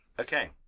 Okay